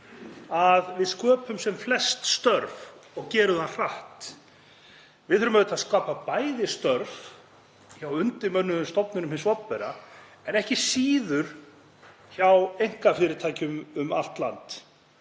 að við sköpum sem flest störf og gerum það hratt. Við þurfum auðvitað að skapa störf hjá undirmönnuðum stofnunum hins opinbera en ekki síður hjá einkafyrirtækjum um allt land.